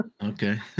Okay